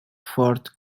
forte